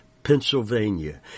Pennsylvania